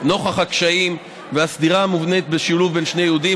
נוכח הקשיים והסתירה המובנית בשילוב בין שני ייעודים,